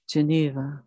Geneva